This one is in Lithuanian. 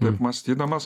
taip mąstydamas